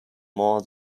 more